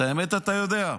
את האמת אתה יודע.